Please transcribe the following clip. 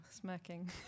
smirking